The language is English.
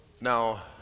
Now